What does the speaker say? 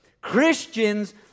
Christians